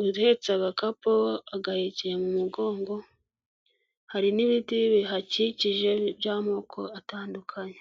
uhetsa agakapu agahekeye mu mugongo, hari n'ibiti bihakikije by'amoko atandukanye.